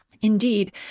Indeed